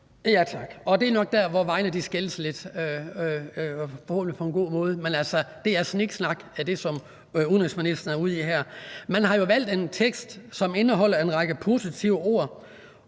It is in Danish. (UFG): Det er nok der, hvor vejene skilles lidt og forhåbentlig på en god måde. Men altså, det, som udenrigsministeren er ude i her, er sniksnak. Man har jo valgt en tekst, som indeholder en række positive ord